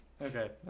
Okay